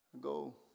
go